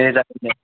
दे जागोन दे